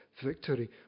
victory